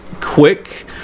quick